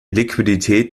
liquidität